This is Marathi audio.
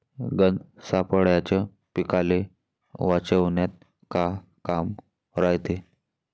गंध सापळ्याचं पीकाले वाचवन्यात का काम रायते?